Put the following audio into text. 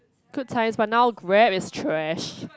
good times but now Grab is trash